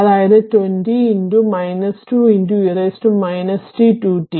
അതായതു 20 2 e t 2t